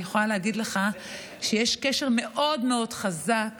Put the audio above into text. אני יכולה להגיד לך שיש קשר מאוד מאוד חזק